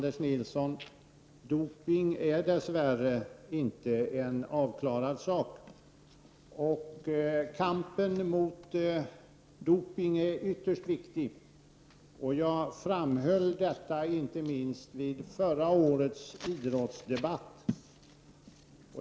Fru talman! Doping är dess värre inte en avklarad sak, Anders Nilsson. Kampen mot doping är ytterst viktig. Jag framhöll detta inte minst vid förra årets idrottsdebatt.